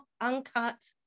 uncut